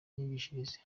myigishirize